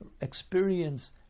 experience